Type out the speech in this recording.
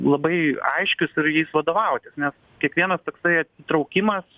labai aiškius ir jais vadovautis nes kiekvienas toksai atsitraukimas